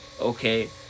okay